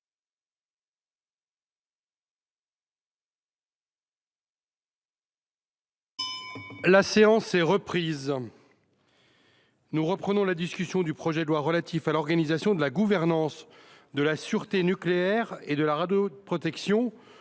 La séance est reprise. Nous poursuivons la discussion du projet de loi relatif à l’organisation de la gouvernance de la sûreté nucléaire et de la radioprotection